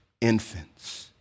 infants